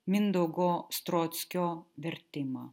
mindaugo strockio vertimą